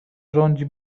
rządzi